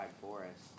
forest